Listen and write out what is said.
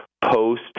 Post